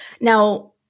Now